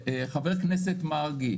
וחבר הכנסת מרגי,